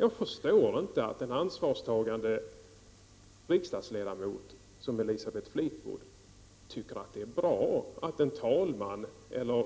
Jag förstår inte att en ansvarstagande riksdagsledamot som Elisabeth Fleetwood tycker att det är bra att en talman eller